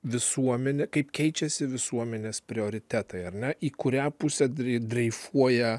visuomenę kaip keičiasi visuomenės prioritetai ar ne į kurią pusę dri dreifuoja